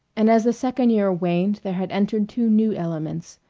and as the second year waned there had entered two new elements.